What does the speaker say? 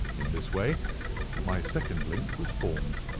in this way my second link was formed,